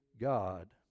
God